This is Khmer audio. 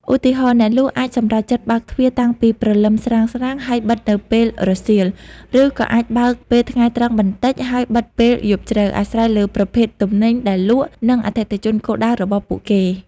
ឧទាហរណ៍ អ្នកលក់អាចសម្រេចចិត្តបើកទ្វារតាំងពីព្រលឹមស្រាងៗ ហើយបិទនៅពេលរសៀល ឬក៏អាចបើកពេលថ្ងៃត្រង់បន្តិចហើយបិទពេលយប់ជ្រៅ អាស្រ័យលើប្រភេទទំនិញដែលលក់ និងអតិថិជនគោលដៅរបស់ពួកគេ។